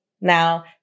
Now